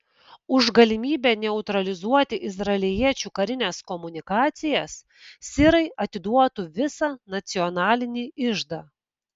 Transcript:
už galimybę neutralizuoti izraeliečių karines komunikacijas sirai atiduotų visą nacionalinį iždą